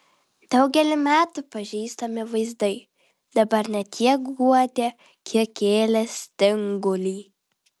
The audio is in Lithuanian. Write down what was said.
daugelį metų pažįstami vaizdai dabar ne tiek guodė kiek kėlė stingulį